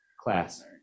class